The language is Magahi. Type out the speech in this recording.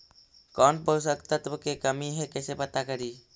कौन पोषक तत्ब के कमी है कैसे पता करि?